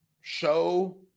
show